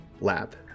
lab